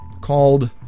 called